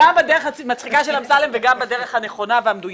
אבל,